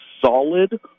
solid